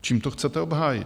Čím to chcete obhájit?